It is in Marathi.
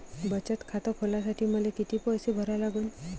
बचत खात खोलासाठी मले किती पैसे भरा लागन?